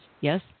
Yes